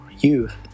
youth